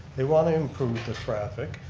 they want to improve the traffic,